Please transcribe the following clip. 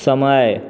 समय